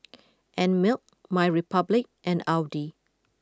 Einmilk MyRepublic and Audi